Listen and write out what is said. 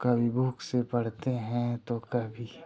कभी बुक्स से पढ़ते हैं तो कभी